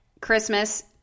Christmas